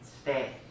stay